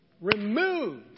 removed